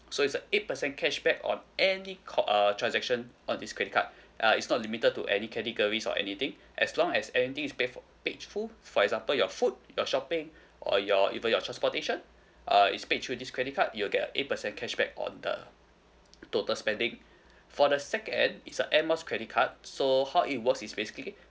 so is a eight percent cashback on any cal~ err transaction on this credit card uh is not limited to any categories or anything as long as everything is paid fo~ paid full for example your food your shopping or your even your transportation uh is paid through this credit card you will get a eight percent cashback on the total spending for the second is a Air Miles credit card so how it works is basically